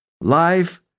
Life